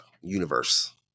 universe